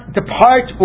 depart